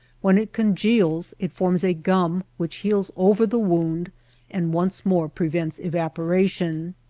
when it congeals it forms a gum which heals over the wound and once more prevents evaporation.